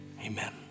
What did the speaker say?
Amen